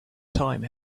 time